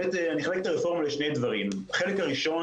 אני אחלק את הרפורמה לשני דברים: החלק הראשון